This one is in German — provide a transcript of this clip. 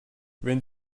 wenn